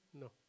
no